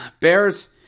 Bears